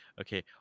Okay